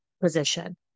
position